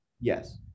Yes